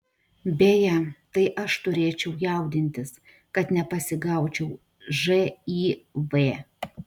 beje tai aš turėčiau jaudintis kad nepasigaučiau živ